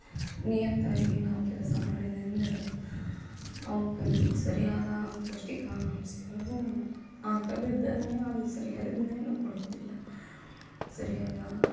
ನೀಯತ್ತಾಗಿ ನಾವು ಕೆಲಸ ಮಾಡಿದನೆಂದ್ರೆ ಅವಕ್ಕೆ ಸರಿಯಾದ ಪೌಷ್ಟಿಕಾಂಶಗಳು ಹಾಕದಿದ್ದರೆ ಅದು ಸರಿಯಾದ ಬೆಳೆಯನ್ನು ಕೊಡುವುದಿಲ್ಲ ಸರಿಯಾದ